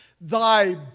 thy